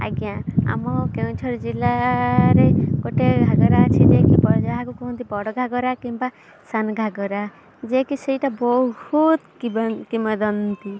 ଆଜ୍ଞା ଆମ କେନ୍ଦୁଝର ଜିଲ୍ଲା ରେ ଗୋଟେ ଘାଗେରା ଅଛି ଯେ କି ଯାହାକୁ କହନ୍ତି ବଡ଼ ଘାଗରା କିମ୍ବା ସାନ ଘାଗରା ଯେ କି ସେଇଟା ବହୁତ କିମ୍ୱଦନ୍ତୀ